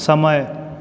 समय